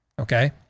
Okay